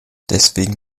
deswegen